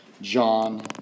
John